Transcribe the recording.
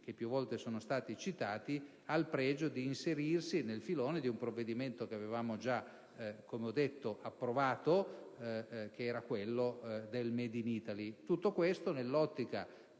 che più volte sono stati citati, ha il pregio di inserirsi nel filone di un provvedimento che avevamo già - come ho detto - approvato, che era quello sul *made in Italy*. Tutto questo nell'ottica